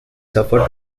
suffer